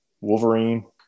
Wolverine